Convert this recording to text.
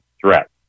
threats